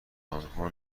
آنها